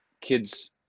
kids